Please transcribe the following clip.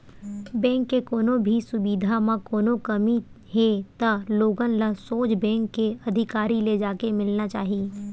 bank के कोनो भी सुबिधा म कोनो कमी हे त लोगन ल सोझ बेंक के अधिकारी ले जाके मिलना चाही